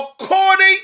according